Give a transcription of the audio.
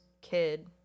kid